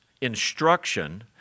instruction